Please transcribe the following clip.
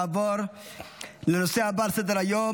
נעבור לנושא הבא על סדר-היום,